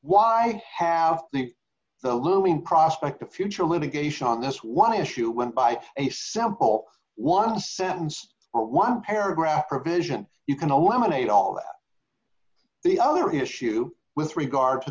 why have the looming prospect of future litigation on this one issue went by a simple one sentence or one paragraph provision you can a woman a dollar the other issue with regard to